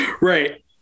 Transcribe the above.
right